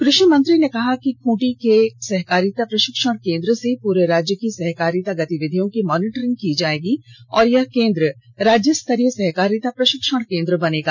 कृषि मंत्री ने कहा कि खूंटी के सहकारिता प्रशिक्षण केंद्र से पूरे राज्य की सहकारिता गतिविधियों की मॉनिटरिंग की जायेगी और यह केंद्र राज्यस्तरीय सहकारिता प्रशिक्षण केंद्र बनेगा